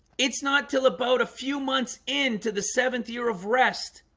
it's not till about a few months into the seventh year of rest